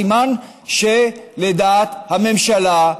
סימן שלדעת הממשלה,